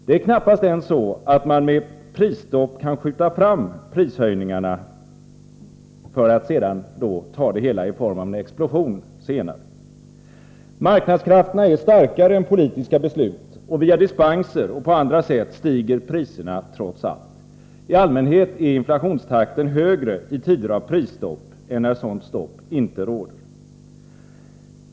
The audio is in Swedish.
Det är knappast ens så att man med ett prisstopp kan skjuta fram prishöjningarna för att ta dem i form av en explosion senare. Marknadskrafterna är starkare än politiska beslut, och via dispenser och på andra sätt stiger priserna trots allt. I allmänhet är inflationstakten högre i tider av prisstopp än när sådant stopp inte råder.